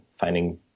finding